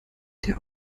der